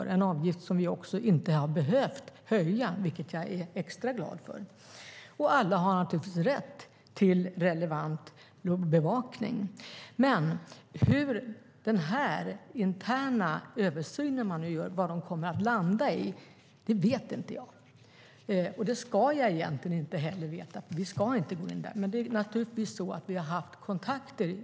Det är en avgift vi inte heller har behövt höja, vilket jag är extra glad för. Alla har naturligtvis rätt till relevant lokal bevakning. Men vad den interna översyn som görs kommer att landa i vet jag inte, och det ska jag egentligen inte heller veta. Vi ska nämligen inte gå in där.